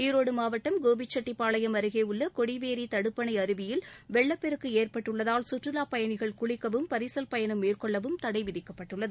ஈரோடு மாவட்டம் கோபிச்செட்டிப்பாளையம் அருகே உள்ள கொடிவேரி தடுப்பணை அருவியில் வெள்ளப்பெருக்கு ஏற்பட்டுள்ளதால் சுற்றுலாப் பயணிகள் குளிக்கவும் பரிசல் பயணம் மேற்கொள்ளவும் தடை விதிக்கப்பட்டுள்ளது